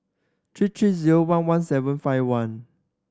three three zero one one seven five one